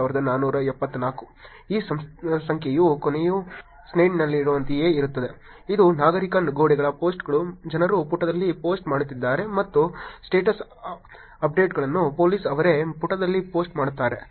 ಈ ಸಂಖ್ಯೆಯು ಕೊನೆಯ ಸ್ಲೈಡ್ನಲ್ಲಿರುವಂತೆಯೇ ಇರುತ್ತದೆ ಇದು ನಾಗರಿಕ ಗೋಡೆಗಳ ಪೋಸ್ಟ್ಗಳು ಜನರು ಪುಟದಲ್ಲಿ ಪೋಸ್ಟ್ ಮಾಡುತ್ತಿದ್ದಾರೆ ಮತ್ತು ಸ್ಟೇಟಸ್ ಅಪ್ಡೇಟ್ಗಳನ್ನು ಪೋಲಿಸ್ ಅವರೇ ಪುಟದಲ್ಲಿ ಪೋಸ್ಟ್ ಮಾಡುತ್ತಾರೆ